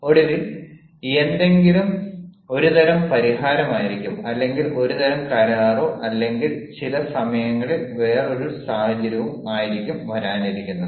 ഒടുവിൽ എന്തെങ്കിലും ഒരുതരം പരിഹാരമായിരിക്കും അല്ലെങ്കിൽ ഒരുതരം കരാറോ അല്ലെങ്കിൽ ചില സമയങ്ങളിൽവേറൊരു സാഹചര്യവും ആയിരിക്കും വരാനിരിക്കുന്നത്